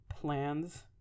plans